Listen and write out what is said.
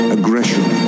Aggression